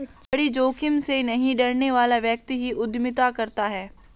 बड़ी जोखिम से नहीं डरने वाला व्यक्ति ही उद्यमिता करता है